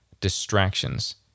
distractions